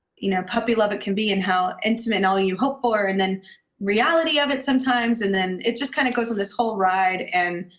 you know, puppy-love it can be and how intimate and all you hope for, and then the reality of it sometimes and then it just kind of goes on this whole ride. and